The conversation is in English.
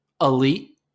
elite